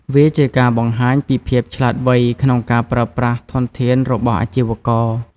វាជាការបង្ហាញពីភាពឆ្លាតវៃក្នុងការប្រើប្រាស់ធនធានរបស់អាជីវករ។